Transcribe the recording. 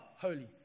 holy